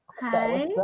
Hi